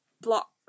block